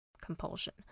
Compulsion